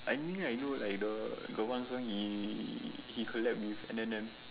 I mean I know like the got one song he collab with Eminen